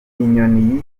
inyoni